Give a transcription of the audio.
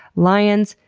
lions,